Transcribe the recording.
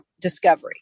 discovery